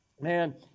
man